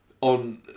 on